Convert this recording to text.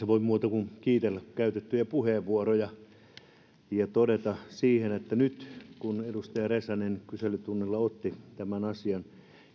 voi muuta kuin kiitellä käytettyjä puheenvuoroja ja todeta että nyt kun edustaja räsänen kyselytunnilla otti tämän asian